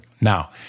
Now